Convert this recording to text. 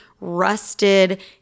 rusted